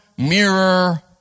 mirror